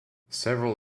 several